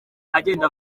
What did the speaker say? agenda